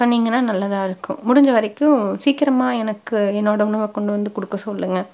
சொன்னீங்கனா நல்லதாக இருக்கும் முடிந்தவரைக்கும் சீக்கிரமாக எனக்கு என்னோட உணவை கொண்டுவந்து கொடுக்க சொல்லுங்க